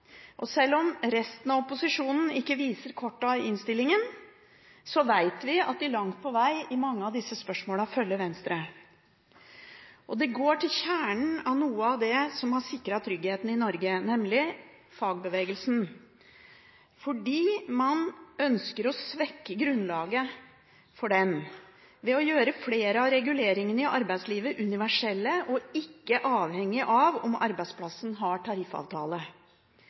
og sjøl om resten av opposisjonen ikke viser kortene i innstillingen, vet vi at de langt på veg i mange av disse spørsmålene følger Venstre. Det går til kjernen av noe av det som har sikret tryggheten i Norge, nemlig fagbevegelsen. Man ønsker å svekke grunnlaget for den ved å gjøre flere av reguleringene i arbeidslivet universelle og ikke avhengige av om arbeidsplassen har tariffavtale.